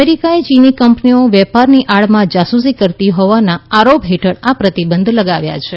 અમેરિકાએ ચીની કંપનીઓ વેપારની આડમાં જાસુસી કરતી હોવાના આરોપ હેઠળ આ પ્રતિબંધ લગાવ્યા છે